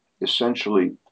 essentially